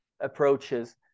approaches